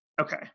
Okay